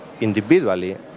individually